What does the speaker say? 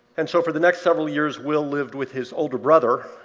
and so for the next several years will lived with his older brother,